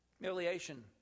humiliation